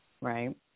right